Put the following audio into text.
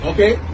Okay